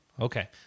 Okay